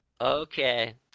Okay